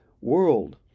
world